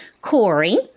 Corey